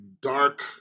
dark